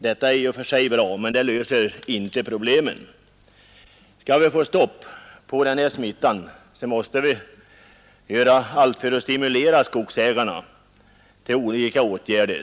Detta är i och för sig bra, men det löser ej alla problem. Skall vi få stopp på denna smitta, måste vi göra allt för att stimulera skogsägarna till olika åtgärder.